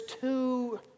two